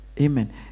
Amen